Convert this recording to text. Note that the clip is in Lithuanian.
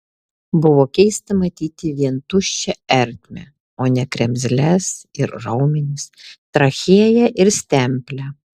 buvo keista matyti vien tuščią ertmę o ne kremzles ir raumenis trachėją ir stemplę